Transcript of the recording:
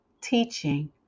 teaching